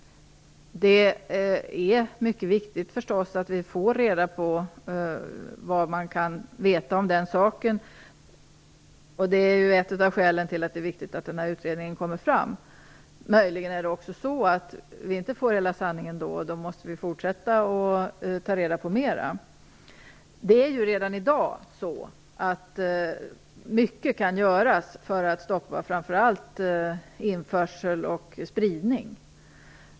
Det är naturligtvis mycket viktigt att vi får reda på vad man vet om den saken. Det är ett av skälen till att det är viktigt att utredningen läggs fram. Möjligen får vi inte hela sanningen, och då måste vi fortsätta att ta reda på mera. Redan i dag kan mycket göras för att stoppa framför allt införsel och spridning.